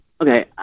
Okay